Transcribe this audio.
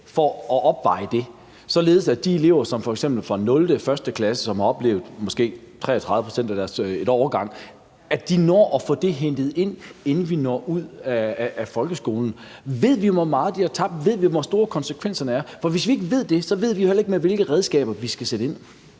for at opveje det, således at de elever, f.eks. fra 0. eller 1. klasse, som har oplevet måske 33 pct. af deres skoleår, når at få det indhentet, inden de går ud af folkeskolen? Ved vi, hvor meget de har tabt? Ved vi, hvor store konsekvenserne er? For hvis vi ikke ved det, ved vi jo heller ikke, med hvilke redskaber vi skal sætte ind.